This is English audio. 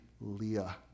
Leah